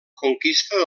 conquista